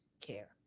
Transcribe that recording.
care